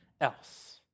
else